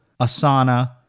Asana